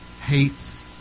hates